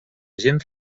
gent